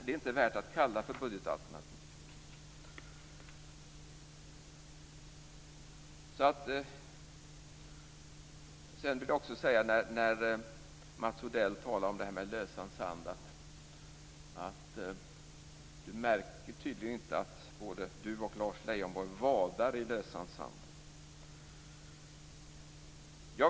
Det är inte värt att kallas för budgetalternativ. Mats Odell talade om detta med lösan sand. Men han märker tydligen inte att både han och Lars Leijonborg vadar i lösan sand.